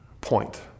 point